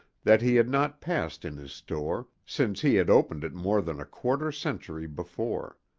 that he had not passed in his store, since he had opened it more than a quarter-century before.